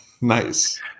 nice